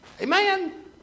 Amen